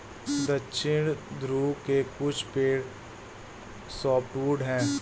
दक्षिणी ध्रुव के कुछ पेड़ सॉफ्टवुड हैं